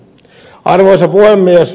arvoisa puhemies